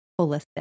Holistic